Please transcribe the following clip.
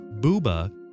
booba